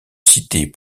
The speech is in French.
cités